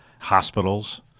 hospitals